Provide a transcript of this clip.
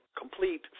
complete